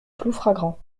ploufragan